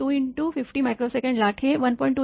2×50 μs लाट हे 1